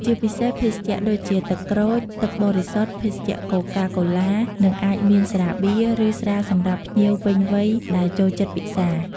ជាពិសេសភេសជ្ជៈដូចជាទឹកក្រូច ទឹកបរិសុទ្ធ ភេសជ្ជៈកូកា-កូឡា និងអាចមានស្រាបៀរ ឬស្រាសម្រាប់ភ្ញៀវពេញវ័យដែលចូលចិត្តពិសារ។